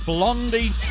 Blondie